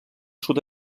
sud